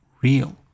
real